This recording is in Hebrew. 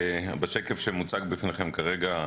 (הצגת מצגת) בשקף שמוצג בפניכם כרגע,